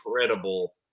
incredible